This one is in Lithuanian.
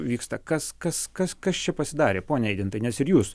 vyksta kas kas kas kas čia pasidarė pone eigintai nes ir jūs